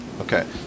okay